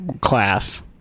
class